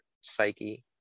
psyche